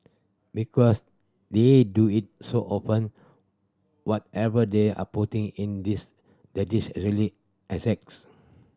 because they do it so often whatever they are putting in this the dish actually